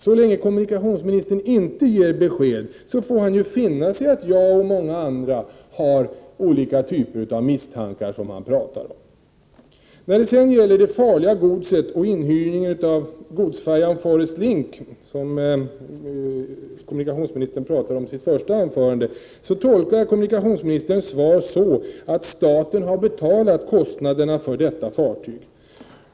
Så länge kommunikationsministern inte ger besked, får han finna sig i att jag och många andra har olika former av misstankar. Det kommunikationsministern säger i sitt svar beträffande det farliga godset och inhyrningen av godsfärjan ”Forrest Link” tolkar jag så att staten har betalat kostnaderna för detta fartyg.